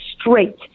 straight